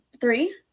three